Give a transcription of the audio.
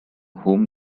whom